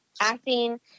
acting